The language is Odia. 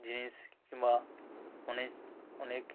ଜିନିଷ କିମ୍ବା ଅନେକ